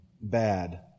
bad